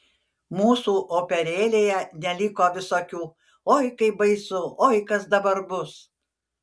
mūsų operėlėje neliko visokių oi kaip baisu oi kas dabar bus